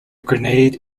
grenade